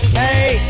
hey